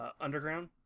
Underground